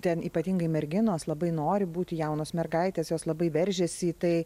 ten ypatingai merginos labai nori būti jaunos mergaitės jos labai veržiasi į tai